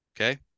okay